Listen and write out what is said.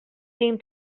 seem